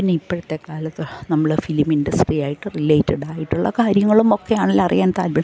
പിന്നെ ഇപ്പോഴത്തെ കാലത്ത് നമ്മൾ ഫിലിം ഇൻഡസ്ട്രിയായിട്ട് റിലേറ്റഡ് ആയിട്ടുള്ള കാര്യങ്ങളുമൊക്കെ ആണല്ലോ അറിയാൻ താൽപ്പര്യം